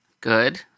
good